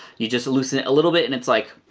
you just loosen it a little bit and it's like